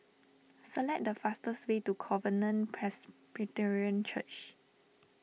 select the fastest way to Covenant Presbyterian Church